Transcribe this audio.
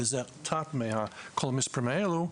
וזה קצת מכל המספרים האלו,